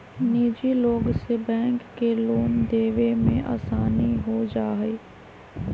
निजी लोग से बैंक के लोन देवे में आसानी हो जाहई